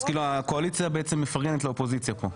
אז כאילו הקואליציה בעצם מפרגנת לאופוזיציה פה?